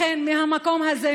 לכן מהמקום הזה,